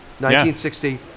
1960